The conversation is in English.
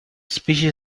species